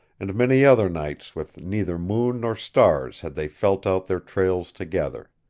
and many other nights with neither moon nor stars had they felt out their trails together.